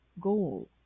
goal